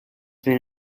been